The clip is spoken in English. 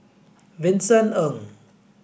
Vincent Ng